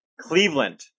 Cleveland